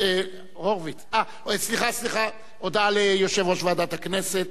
הודעה ליושב-ראש ועדת הכנסת.